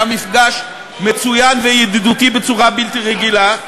היה מפגש מצוין וידידותי בצורה בלתי רגילה.